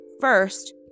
First